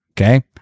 okay